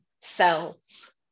cells